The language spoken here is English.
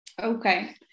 Okay